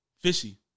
fishy